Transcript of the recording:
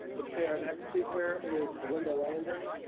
okay. our next speaker is belinda landry.